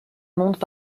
montre